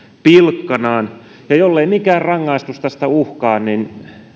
pilkkanaan jollei mikään rangaistus tästä uhkaa niin